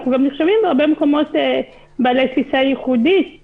אנחנו גם נחשבים בהרבה מקומות בעלי תפיסה ייחודית.